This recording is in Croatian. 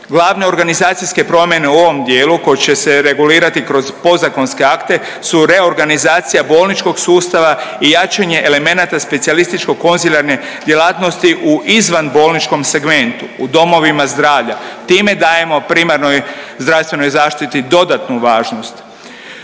Glavne organizacijske promjene u ovom dijelu koje će se regulirati kroz podzakonske akte su reorganizacija bolničkog sustava i jačanje elemenata specijalističko konzilijarne djelatnosti u izvan bolničkom segmentu, u domovima zdravlja. Time dajemo primarnoj zdravstvenoj zaštiti dodatnu važnost.